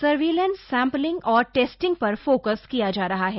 surveillance sampling और testing पर focus किया जा रहा है